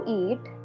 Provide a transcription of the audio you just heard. eat